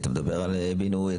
אתה מדבר על בינוי,